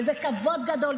וזה כבוד גדול,